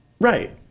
Right